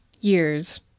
years